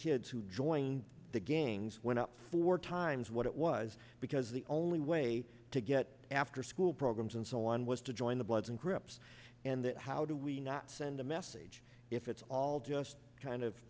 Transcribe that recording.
kids who joined the gangs went up four times what it was because the only way to get after school programs and so on was to join the bloods and crips and how do we not send a message if it's all just kind of